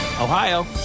Ohio